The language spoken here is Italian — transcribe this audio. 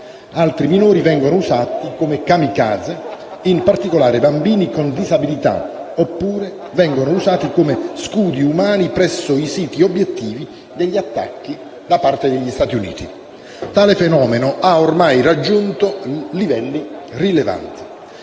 Altri minori vengono usati come *kamikaze*, in particolare bambini con disabilità, oppure vengono usati come scudi umani presso i siti obiettivi degli attacchi degli Stati Uniti. Tale fenomeno ha ormai raggiunto livelli rilevanti.